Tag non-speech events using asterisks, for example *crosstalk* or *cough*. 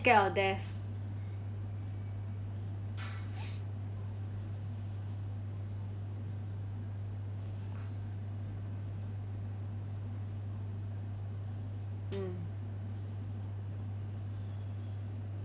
scared of death *noise* mm